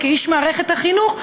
כאיש מערכת החינוך,